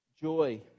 Joy